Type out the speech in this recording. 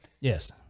Yes